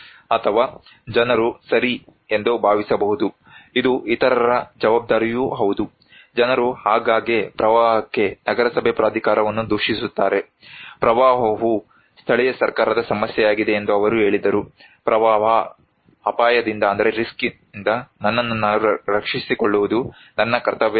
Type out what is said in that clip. ಅಥವಾ ಜನರು ಸರಿ ಎಂದು ಭಾವಿಸಬಹುದು ಇದು ಇತರರ ಜವಾಬ್ದಾರಿಯೂ ಹೌದು ಜನರು ಆಗಾಗ್ಗೆ ಪ್ರವಾಹಕ್ಕೆ ನಗರಸಭೆ ಪ್ರಾಧಿಕಾರವನ್ನು ದೂಷಿಸುತ್ತಾರೆ ಪ್ರವಾಹವು ಸ್ಥಳೀಯ ಸರ್ಕಾರದ ಸಮಸ್ಯೆಯಾಗಿದೆ ಎಂದು ಅವರು ಹೇಳಿದರು ಪ್ರವಾಹ ಅಪಾಯದಿಂದ ನನ್ನನ್ನು ನಾನು ರಕ್ಷಿಸಿಕೊಳ್ಳುವುದು ನನ್ನ ಕರ್ತವ್ಯವಲ್ಲ